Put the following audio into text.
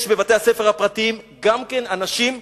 יש בבתי-הספר הפרטיים גם כן אנשים קשי-יום,